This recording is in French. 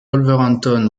wolverhampton